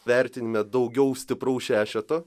vertinime daugiau stipraus šešeto